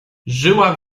żyła